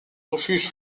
refuge